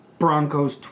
Broncos